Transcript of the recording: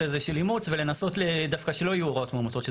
הזה של אימוץ ולנסות דווקא שלא יהיו הוראות מאומצות.